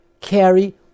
carry